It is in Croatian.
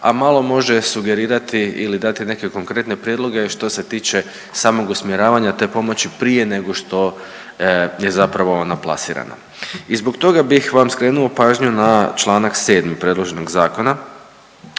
a malo može sugerirati ili dati neke konkretne prijedloge što se tiče samog usmjeravanja te pomoći prije nego što je zapravo ona plasirana. I zbog toga bih vam skrenuo pažnju na Članak 7. predloženog zakona